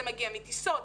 זה מגיע מטיסות,